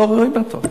לא רואים אותו.